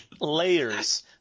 Layers